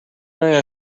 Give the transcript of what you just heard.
may